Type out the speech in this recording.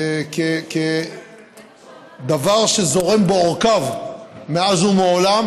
הוא כדבר שזורם בעורקיו מאז ומעולם,